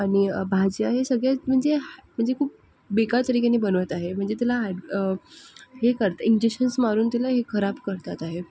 आणि भाज्या हे सगळं म्हणजे म्हणजे खूप बेकार तरीकेने बनवत आहे म्हणजे त्याला हायड्र हे करता इंजेक्शन्स मारून त्याला खराब करतात आहे